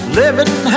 living